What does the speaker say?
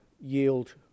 yield